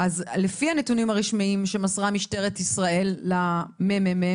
אז לפי הנתונים הרשמיים שמסרה משטרת ישראל לממ"מ,